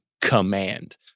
command